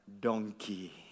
donkey